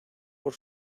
por